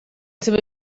symud